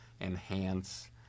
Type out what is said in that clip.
enhance